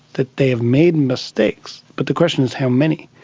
that they have made mistakes, but the question is how many.